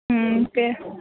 हम्म त